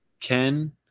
Ken